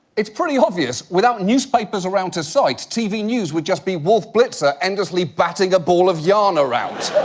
it's pretty obvious, without newspapers around to cite, tv news would just be wolf blitzer endlessly batting a ball of yarn around